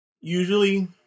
usually